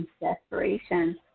desperation